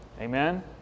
Amen